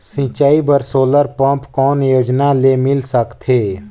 सिंचाई बर solar pump कौन योजना ले मिल सकथे?